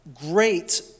great